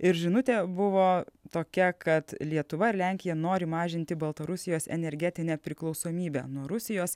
ir žinutė buvo tokia kad lietuva ir lenkija nori mažinti baltarusijos energetinę priklausomybę nuo rusijos